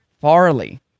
Farley